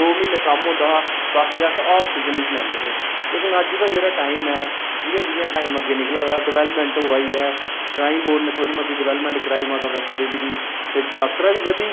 दो म्हीने कम्म होंदा हा बाकी अस हाफ सीजन बिच्च लैंदे हे लेकिन अज्ज दा जेह्ड़ा टाईम ऐ जियां जियां टाईम अग्गें निकला दा डवैल्पमैंट होआ दी ऐ श्राईन बोर्ड ने थोह्ड़ी मती डवैल्पमैंट कराई बैष्णो देवी दी ते जात्तरा बी बधी